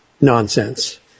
nonsense